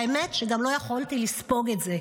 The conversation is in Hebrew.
האמת שגם לא יכולתי לספוג את זה,